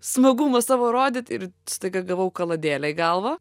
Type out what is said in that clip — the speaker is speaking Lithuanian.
smagumą savo rodyt ir staiga gavau kaladėle į galvą